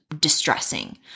distressing